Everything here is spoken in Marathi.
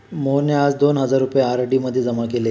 मोहनने आज दोन हजार रुपये आर.डी मध्ये जमा केले